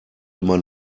immer